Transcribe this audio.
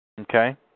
Okay